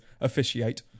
officiate